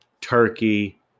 Turkey